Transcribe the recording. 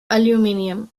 aluminium